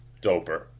doper